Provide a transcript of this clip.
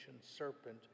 serpent